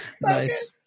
Nice